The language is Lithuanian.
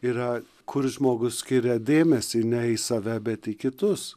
yra kur žmogus skiria dėmesį ne į save bet į kitus